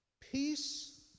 peace